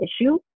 issue